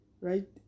right